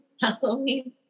Halloween